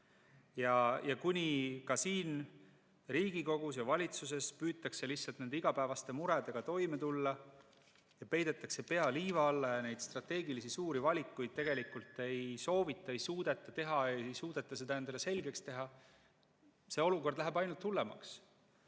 Kuni ka siin Riigikogus ja valitsuses püütakse lihtsalt igapäevaste muredega toime tulla ja peidetakse pea liiva alla ja strateegilisi suuri valikuid tegelikult ei soovita ega suudeta teha, ei suudeta neid endale selgeks teha, siis läheb olukord ainult hullemaks.